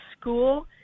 school